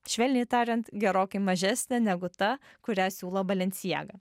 švelniai tariant gerokai mažesnė negu ta kurią siūlo balenciaga